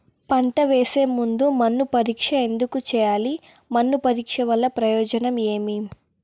పంట వేసే ముందు మన్ను పరీక్ష ఎందుకు చేయాలి? మన్ను పరీక్ష వల్ల ప్రయోజనం ఏమి?